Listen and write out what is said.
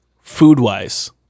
food-wise